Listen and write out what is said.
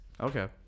Okay